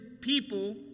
people